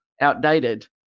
outdated